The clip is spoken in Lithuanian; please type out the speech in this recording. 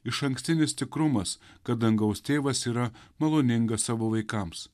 išankstinis tikrumas kad dangaus tėvas yra maloningas savo vaikams